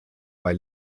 bei